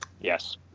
Yes